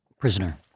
prisoner